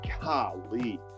golly